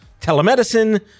telemedicine